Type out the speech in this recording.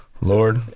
Lord